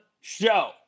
show